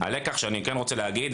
הלקח שאני רוצה להגיד,